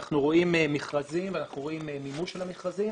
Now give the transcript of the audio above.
אנחנו רואים מכרזים ואנחנו רואים מימוש של המכרזים.